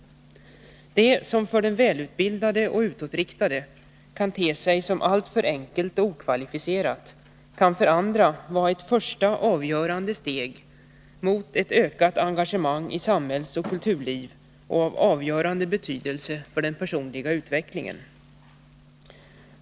Det som för den välutbildade och utåtriktade kan te sig som alltför enkelt och okvalificerat kan för andra vara ett första avgörande steg mot ett ökat engagemang i samhällsoch kulturliv och av avgörande betydelse för den personliga utvecklingen.